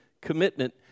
commitment